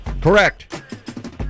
Correct